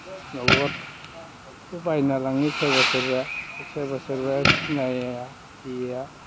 नगतबो बायना लाङो सोरबा सोरबा सोरबा सोरबा सिनायैया